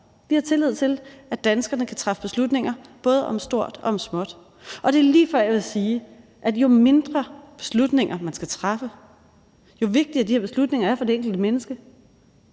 Vi har tillid til, at danskerne kan træffe beslutninger, både om stort og om småt. Og det er lige før, jeg vil sige, at jo mindre beslutninger man skal træffe, jo vigtigere de her beslutninger er for det enkelte menneske,